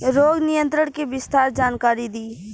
रोग नियंत्रण के विस्तार जानकारी दी?